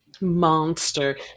monster